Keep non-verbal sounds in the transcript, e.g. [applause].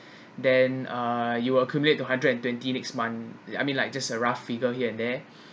[breath] then uh you accumulate two hundred and twenty next month I mean like just a rough figure here and there [breath]